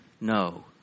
No